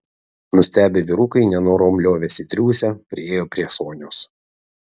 nustebę vyrukai nenorom liovėsi triūsę priėjo prie sonios